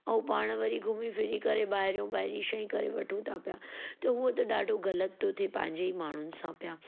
ऐं पाण वरी घुमी फिरी करे ॿाहिरियों ॿाहिरि जी शइ करे वठूं था पिया त उहो त ॾाढो ग़लति थो थिए पंहिंजे ई माण्हुनि सां पिया